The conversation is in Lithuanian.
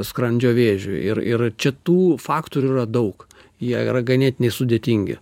skrandžio vėžiui ir ir čia tų faktorių yra daug jie yra ganėtinai sudėtingi